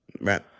Right